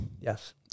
Yes